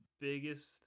Biggest